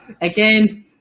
again